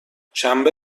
شنبه